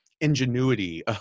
ingenuity